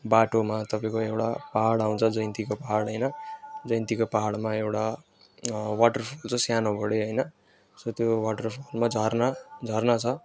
बाटोमा तपाईँको एउटा पाहाड आउँछ जयन्तीको पाहाड होइन जयन्तीको पाहाडमा एउटा वाटरफल छ सानोबाटै होइन सो त्यो वाटरफलमा झर्ना झर्ना छ